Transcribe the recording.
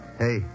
Hey